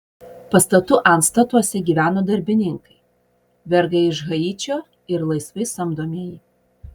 pastatų antstatuose gyveno darbininkai vergai iš haičio ir laisvai samdomieji